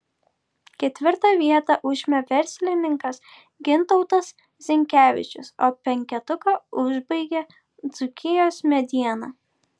ketvirtą vietą užėmė verslininkas gintautas zinkevičius o penketuką užbaigė dzūkijos mediena